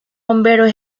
bomberos